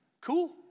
Cool